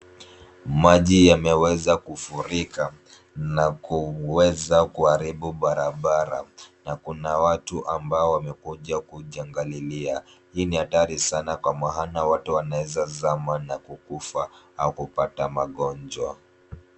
Maji yameweza kufurika na kuweza kuharibu barabara, na kuna watu ambao wamekuja kujiangalilia. Hii ni hatari sana kwa maana watu wanaweza zama na kukufa au kupata magonjwa.